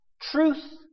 Truth